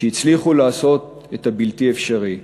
שהצליחו לעשות את הבלתי-אפשרי.